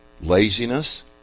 Laziness